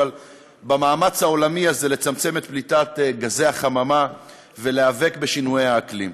במאמץ העולמי הזה לצמצם את פליטת גזי החממה ולהיאבק בשינויי האקלים.